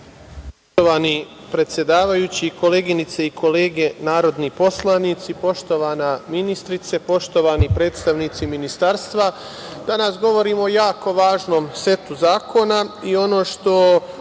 Poštovani predsedavajući, koleginice i kolege narodni poslanici, poštovana ministarko, poštovani predstavnici ministarstva, danas govorimo o jako važnom setu zakona i ono što